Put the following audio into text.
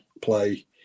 play